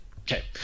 Okay